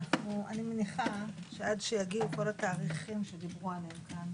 אני מניחה שעד שיגיעו כל התאריכים שדיברו עליהם כאן